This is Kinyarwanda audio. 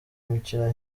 imikino